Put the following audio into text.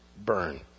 burn